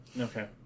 Okay